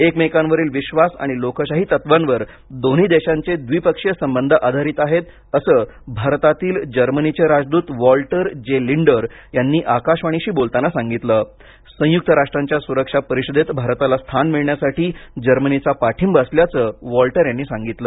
एकमेकांवरील विश्वास आणि लोकशाही तत्त्वांवर दोन्ही देशांचे द्विपक्षीय संबंध आधारित आहे असं भारतातील जर्मनीचे राजदूत वॉल्टर जे लिंडर यांनी आकाशवाणीशी बोलताना सांगितलं संयुक्त राष्ट्रांच्या सुरक्षा परिषदेत भारताला स्थान मिळण्यासाठी जर्मनीचा पाठिंबा असल्याचं वॉल्टर यांनी सांगितलं